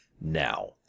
Now